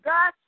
God